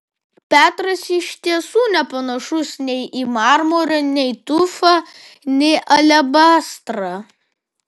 petras iš tiesų nepanašus nei į marmurą nei tufą nei alebastrą